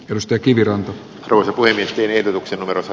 jos teki viron runoihinsa tiedotuksen numeronsa